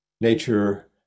Nature